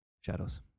Shadows